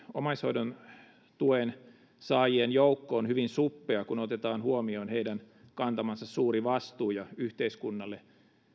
omaishoidon tuen saajien joukko on hyvin suppea kun otetaan huomioon heidän kantamansa suuri vastuu ja yhteiskunnalle